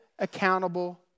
accountable